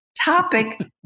topic